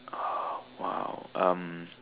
oh !wow! um